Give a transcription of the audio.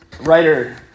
writer